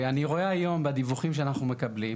אני רואה את זה היום בדיווחים שאנחנו מקבלים.